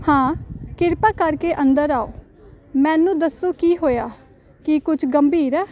ਹਾਂ ਕਿਰਪਾ ਕਰਕੇ ਅੰਦਰ ਆਓ ਮੈਨੂੰ ਦੱਸੋ ਕੀ ਹੋਇਆ ਕੀ ਕੁਝ ਗੰਭੀਰ ਹੈ